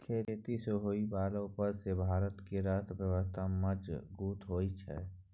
खेती सँ होइ बला उपज सँ भारत केर अर्थव्यवस्था मजगूत होइ छै